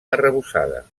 arrebossades